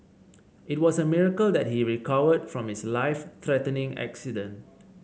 it was a miracle that he recovered from his life threatening accident